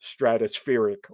stratospheric